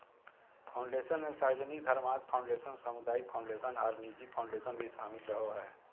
foundation मे सार्वजनिक धर्मार्थ फ़ाउंडेशन, सामुदायिक फ़ाउंडेशन आर निजी फ़ाउंडेशन भी शामिल रहो हय,